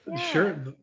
Sure